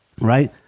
right